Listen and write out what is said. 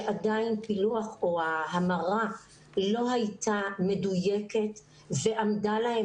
שעדיין הפילוח או ההמרה לא הייתה מדויקת ועמדה להם